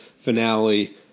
finale